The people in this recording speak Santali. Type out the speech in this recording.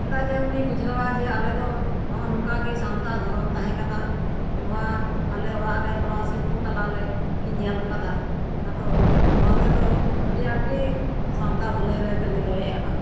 ᱪᱮᱫᱟᱜ ᱡᱮ ᱩᱱᱤ ᱵᱩᱡᱷᱟᱹᱣᱟ ᱡᱮ ᱟᱞᱮ ᱫᱚ ᱱᱚᱜ ᱚ ᱱᱚᱝᱠᱟ ᱜᱮ ᱥᱟᱶᱟ ᱫᱷᱚᱨᱚᱢ ᱛᱟᱦᱮᱸ ᱠᱟᱱᱟ ᱱᱚᱣᱟ ᱟᱞᱮ ᱚᱲᱟᱜ ᱨᱮ ᱱᱚᱣᱟ ᱥᱤᱞᱯᱚ ᱛᱟᱞᱟᱨᱮ ᱤᱧ ᱧᱮᱞ ᱠᱟᱫᱟ ᱟᱫᱚ ᱱᱚᱣᱟ ᱛᱮᱫᱚ ᱟᱹᱰᱤ ᱟᱸᱴ ᱜᱮ ᱥᱟᱶᱛᱟ ᱵᱷᱟᱹᱭ ᱨᱮ ᱠᱟᱹᱢᱤ ᱫᱚᱭ ᱮᱢᱟ